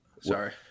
Sorry